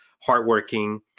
hardworking